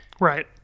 Right